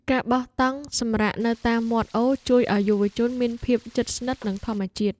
ការបោះតង់សម្រាកនៅតាមមាត់អូរជួយឱ្យយុវជនមានភាពជិតស្និទ្ធនឹងធម្មជាតិ។